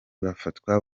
bafatwa